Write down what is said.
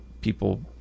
people